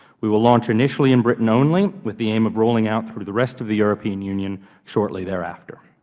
we will launch initially in britain only, with the aim of rolling out through the rest of the european union shortly thereafter.